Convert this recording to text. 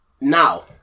Now